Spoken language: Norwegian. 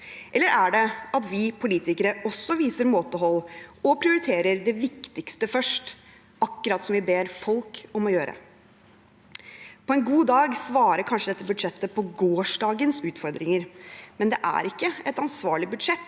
Eller er det at vi politikere også viser måtehold og prioriterer det viktigste først – akkurat som vi ber folk om å gjøre? På en god dag svarer kanskje dette budsjettet på gårsdagens utfordringer, men det er ikke et ansvarlig budsjett